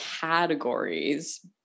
categories